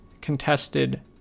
contested